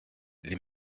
les